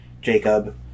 Jacob